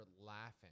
laughing